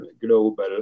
global